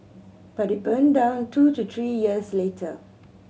but it burned down two to three years later